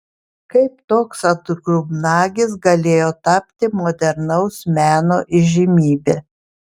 kaip toks atgrubnagis galėjo tapti modernaus meno įžymybe